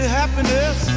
happiness